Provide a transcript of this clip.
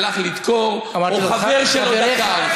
שלח לדקור או חבר שלו דקר.